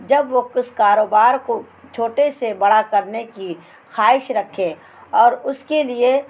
جب وہ کس کاروبار کو چھوٹے سے بڑا کرنے کی خواہش رکھے اور اس کے لیے